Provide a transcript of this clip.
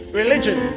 religion